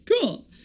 cool